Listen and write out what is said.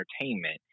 entertainment